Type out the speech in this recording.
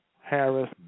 Harris